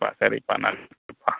ப்பா சரிப்பா நன்றிப்பா